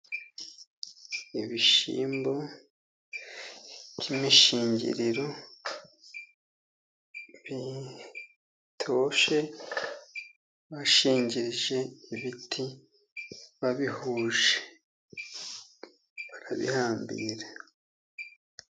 Ibishyimbo by'imishingiriro bitoshye, bashingirije ibiti babihuje, barabihambira.